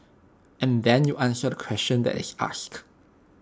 and then you answer the question that is asked